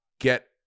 get